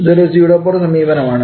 ഇതൊരു സ്യൂഡോ പോർ സമീപനമാണ്